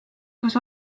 kas